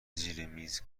زیرمیز